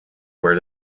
where